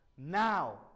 Now